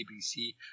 ABC